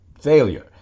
failure